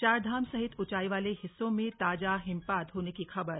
चारधाम सहित ऊंचाई वाले हिस्सों में ताजा हिमपात होने की खबर